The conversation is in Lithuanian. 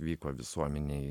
vyko visuomenėj